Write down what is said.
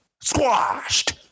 squashed